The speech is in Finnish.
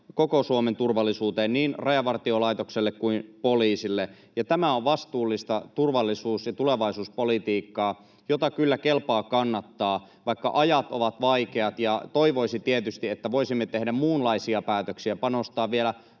koko Suomen turvallisuuteen, niin Rajavartiolaitokselle kuin poliisille. Tämä on vastuullista turvallisuus- ja tulevaisuuspolitiikkaa, jota kyllä kelpaa kannattaa. Vaikka ajat ovat vaikeat ja toivoisi tietysti, että voisimme tehdä muunlaisia päätöksiä ja panostaa vielä